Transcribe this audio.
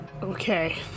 Okay